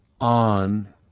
on